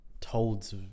told